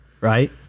right